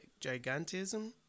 gigantism